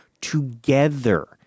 together